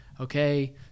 okay